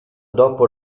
dopo